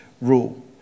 rule